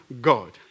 God